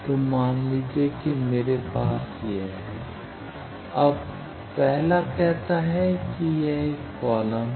तो मान लीजिए कि मेरे पास है अब पहला कहता है कि यह एक कॉलम है